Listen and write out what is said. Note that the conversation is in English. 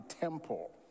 temple